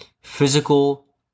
physical